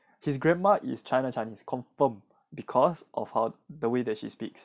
his grandma is china chinese confirm because of how the way that she speaks